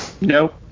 No